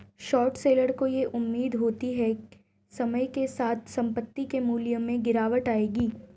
short seller को यह उम्मीद होती है समय के साथ संपत्ति के मूल्य में गिरावट आएगी